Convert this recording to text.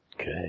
Okay